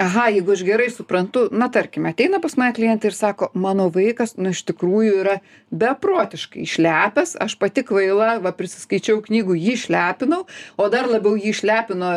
aha jeigu aš gerai suprantu na tarkime ateina pas mane klientai ir sako mano vaikas nu iš tikrųjų yra beprotiškai išlepęs aš pati kvaila va prisiskaičiau knygų jį išlepinau o dar labiau jį išlepino